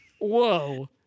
Whoa